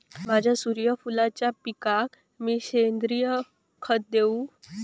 माझ्या सूर्यफुलाच्या पिकाक मी सेंद्रिय खत देवू?